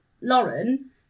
Lauren